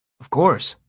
of course!